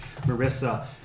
Marissa